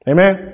Amen